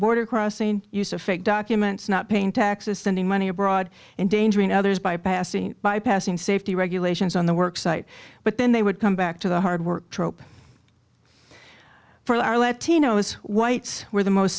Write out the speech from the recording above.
border crossing use of fake documents not paying taxes sending money abroad endangering others bypassing bypassing safety regulations on the work site but then they would come back to the hard work trope for our latinos whites were the most